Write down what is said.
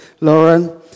Lauren